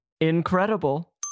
incredible